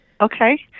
Okay